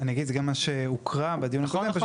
מה שהוקרא בדיון --- נכון.